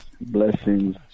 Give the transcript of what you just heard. Blessings